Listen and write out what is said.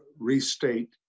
restate